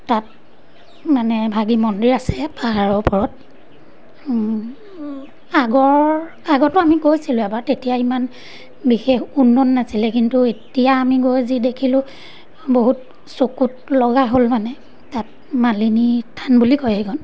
তাত মানে এভাগি মন্দিৰ আছে পাহাৰৰ ওপৰত আগৰ আগতো আমি গৈছিলোঁ এবাৰ তেতিয়া ইমান বিশেষ উন্নত নাছিলে কিন্তু এতিয়া আমি গৈ যি দেখিলোঁ বহুত চকুত লগা হ'ল মানে তাত মালিনী থান বুলি কয় সেইখন